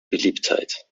beliebtheit